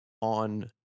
on